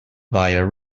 via